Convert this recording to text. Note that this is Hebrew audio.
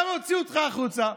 למה הוציאו אותך החוצה?